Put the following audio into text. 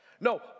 No